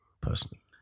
Personally